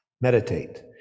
meditate